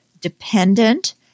dependent